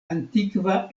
antikva